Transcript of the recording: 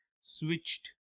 switched